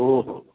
हो हो